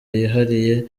yihariye